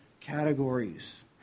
categories